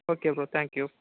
okay bro thank you